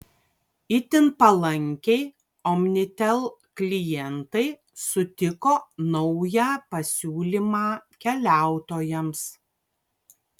itin palankiai omnitel klientai sutiko naują pasiūlymą keliautojams